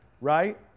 right